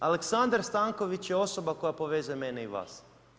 Aleksandar Stanković je osoba koja povezuje mene i vas.